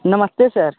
नमस्ते सर